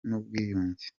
n’ubwiyunge